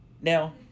now